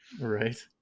right